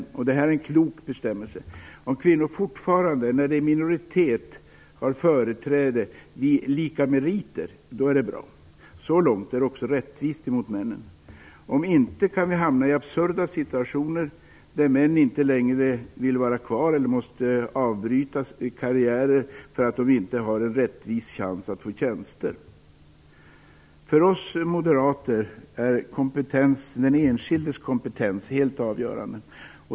Det här är en klok bestämmelse. Om kvinnor fortfarande, när de är i minoritet, har företräde vid lika meriter är det bra. Så långt är det också rättvist mot männen. Om inte, kan vi hamna i absurda situationer, där män inte längre vill vara kvar i eller måste avbryta vissa karriärer för att de inte har en rättvis chans att få tjänster. För oss moderater är den enskildes kompetens helt avgörande.